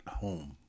home